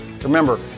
Remember